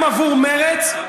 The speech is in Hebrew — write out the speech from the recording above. גם עבור מרצ.